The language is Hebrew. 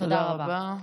תודה רבה.